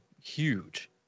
huge